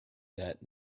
that